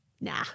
Nah